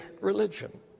religion